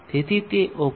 તેથી તે 19